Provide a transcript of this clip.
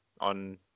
on